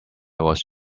was